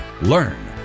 learn